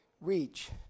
reach